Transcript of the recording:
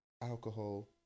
alcohol